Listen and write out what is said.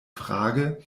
frage